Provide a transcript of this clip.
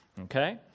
okay